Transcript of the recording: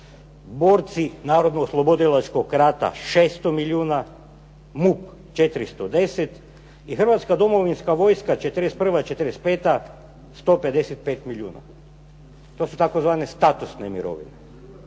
borci narodnooslobodilačkog rata 600 milijuna, MUP 410 i Hrvatska domovinska vojska 41., 45. 155 milijuna. To su tzv. statusne mirovine.